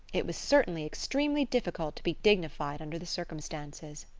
it was certainly extremely difficult to be dignified under the circumstances!